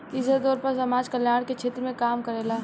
इ सीधा तौर पर समाज कल्याण के क्षेत्र में काम करेला